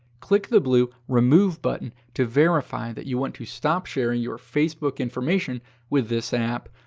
click the blue remove button to verify that you want to stop sharing your facebook information with this app.